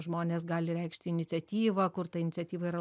žmonės gali reikšti iniciatyvą kur ta iniciatyva yra